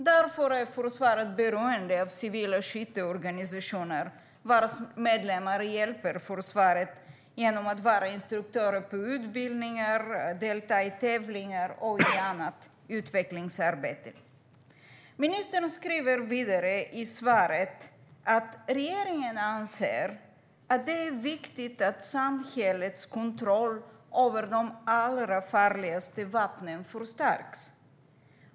Därför är försvaret beroende av civila skytteorganisationer vars medlemmar hjälper försvaret genom att vara instruktörer vid utbildningar och delta vid tävlingar och i annat utvecklingsarbete. Ministern säger vidare i sitt svar att "regeringen anser att det är viktigt att samhällets kontroll över de allra farligaste vapnen förstärks."